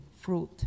fruit